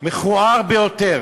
מכוער ביותר.